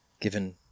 given